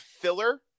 Filler